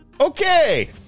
okay